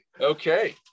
okay